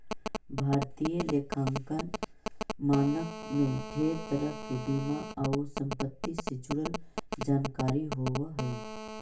भारतीय लेखांकन मानक में ढेर तरह के बीमा आउ संपत्ति से जुड़ल जानकारी होब हई